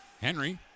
Henry